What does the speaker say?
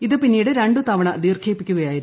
ഇത് പിന്നീട് രണ്ടുതവണ ദീർഘിപ്പിക്കുകയായിരുന്നു